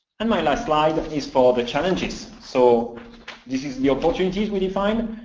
and my last slide is for the challenges. so this is the opportunities we define,